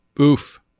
Oof